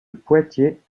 poitiers